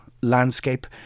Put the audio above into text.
landscape